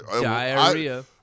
diarrhea